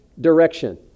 direction